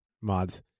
Mods